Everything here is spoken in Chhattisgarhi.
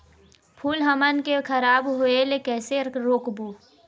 फूल हमन के खराब होए ले कैसे रोकबो?